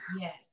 Yes